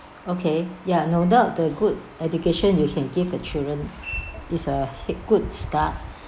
okay ya no doubt the good education you can give the children is a hit~ good start